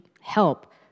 help